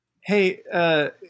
Hey